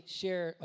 share